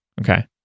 Okay